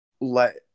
let